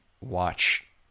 watch